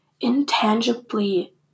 intangibly